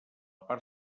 part